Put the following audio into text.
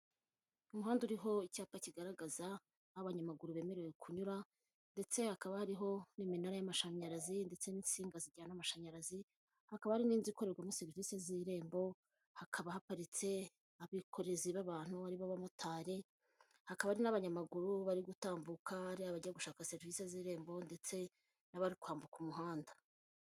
Umuhanda uriho icyapa kigaragaza aho abanyamaguru bemerewe kunyura, ndetse hakaba hariho n'iminara y'amashanyarazi, ndetse n'insinga zijyana amashanyarazi, hakaba hari n'inzu ikorerwamo serivisi z'irembo, hakaba haparitse abikorezi b'abantu aribo b'abamotari, hakaba hari n'abanyamaguru bari gutambuka, hari abajya gushaka serivisi z'irembo, ndetse n'abari kwambuka umuhanda.